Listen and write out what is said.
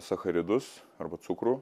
sacharidus arba cukrų